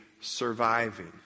surviving